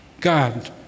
God